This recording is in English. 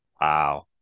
Wow